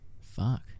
fuck